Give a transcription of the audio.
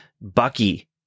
Bucky